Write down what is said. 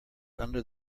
under